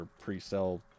pre-sell